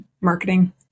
marketing